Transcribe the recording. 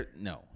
No